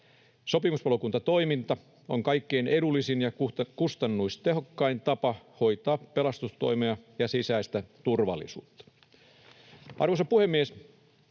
Sopimuspalokuntatoiminta on kaikkein edullisin ja kustannustehokkain tapa hoitaa pelastustoimea ja sisäistä turvallisuutta.